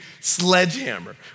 sledgehammer